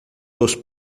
dos